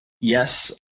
yes